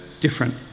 different